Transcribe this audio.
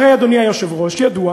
הרי, אדוני היושב-ראש, ידוע